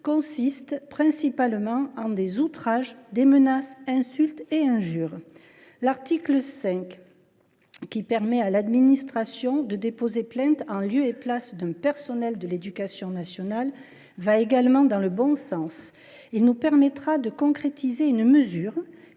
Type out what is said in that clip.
consistent principalement en des outrages, en des menaces, en des insultes et en des injures. C’est vrai. L’article 5, qui permet à l’administration de déposer plainte en lieu et place d’un agent de l’éducation nationale, va également dans le bon sens. Il nous permettra de concrétiser une mesure